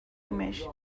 تیمش